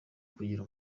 kugira